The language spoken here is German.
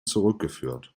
zurückgeführt